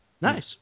Nice